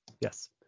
yes